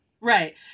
Right